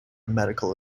medical